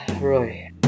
Roy